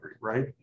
right